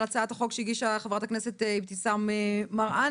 הצעת החוק שהגישה חברת הכנסת אבתיסאם מראענה,